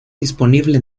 disponible